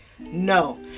No